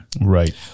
Right